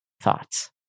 thoughts